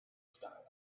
starlight